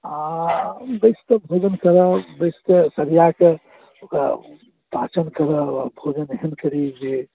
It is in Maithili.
आ बैसि कऽ भोजन करब बैसिके सरिआ कऽ पाचन करब भोजन एहन करी जे